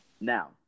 Now